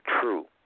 true